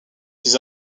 ces